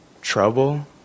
Trouble